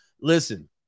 Listen